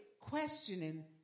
questioning